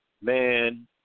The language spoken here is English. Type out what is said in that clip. man